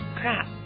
Crap